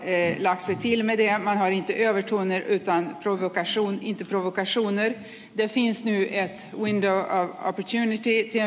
det skulle jag gärna ha velat se ett omnämnande om i rapporten